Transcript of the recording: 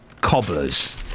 Cobblers